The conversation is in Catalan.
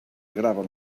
graven